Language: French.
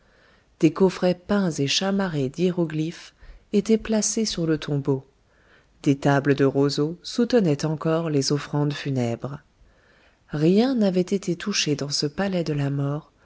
des coffrets peints et chamarrés d'hiéroglyphes étaient placés sur le tombeau des tables de roseau soutenaient encore les offrandes funèbres rien n'avait été touché dans ce palais de la mort